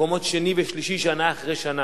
מקומות שני ושלישי, שנה אחר שנה.